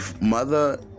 mother